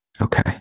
Okay